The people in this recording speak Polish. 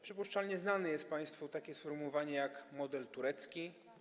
Przypuszczalnie znane jest państwu takie sformułowanie: model turecki.